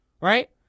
right